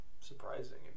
surprising